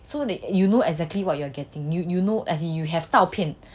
so they you know exactly what you are getting you you know as in you have 照片